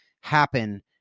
happen